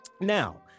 Now